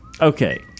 okay